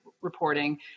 reporting